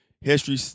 history